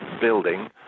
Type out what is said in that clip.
building